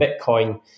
Bitcoin